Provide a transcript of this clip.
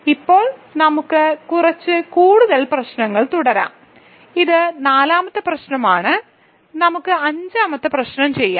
ഇപ്പോൾ നമുക്ക് കുറച്ച് കൂടുതൽ പ്രശ്നങ്ങൾ തുടരാം ഇത് നാലാമത്തെ പ്രശ്നമാണ് നമുക്ക് അഞ്ചാമത്തെ പ്രശ്നം ചെയ്യാം